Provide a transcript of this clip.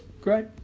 Great